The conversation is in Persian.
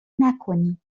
نکنید